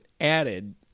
added